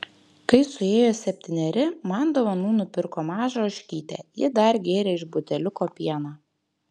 kai suėjo septyneri man dovanų nupirko mažą ožkytę ji dar gėrė iš buteliuko pieną